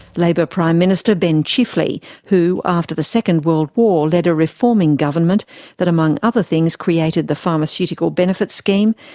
labor prime minister ben chifley, who, after the second world war led a reforming government that among other things created the pharmaceutical benefits scheme,